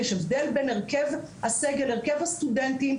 יש הבדל בין הרכב הסגל, הרכב הסטודנטים.